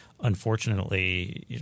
unfortunately